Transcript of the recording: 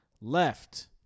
left